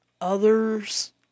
Others